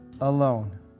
alone